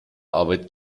arbeit